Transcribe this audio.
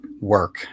work